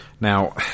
now